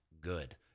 good